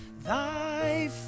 thy